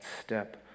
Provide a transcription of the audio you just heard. step